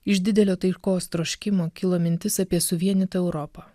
iš didelio taikos troškimo kilo mintis apie suvienytą europą